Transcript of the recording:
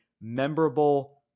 memorable